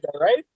right